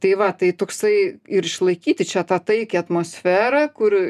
tai va tai toksai ir išlaikyti čia tą taikią atmosferą kur